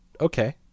Okay